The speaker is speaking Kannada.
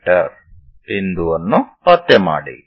ಮೀ ಬಿಂದುವನ್ನು ಪತ್ತೆ ಮಾಡಿ